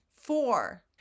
Four